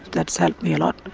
that's helped me a lot,